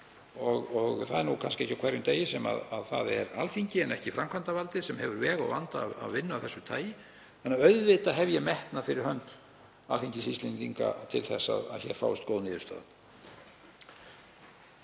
og það er nú kannski ekki á hverjum degi sem það er Alþingi en ekki framkvæmdarvaldið sem hefur veg og vanda af vinnu af þessu tagi þannig að auðvitað hef ég metnað fyrir hönd Alþingis Íslendinga til þess að hér fáist góð niðurstaða.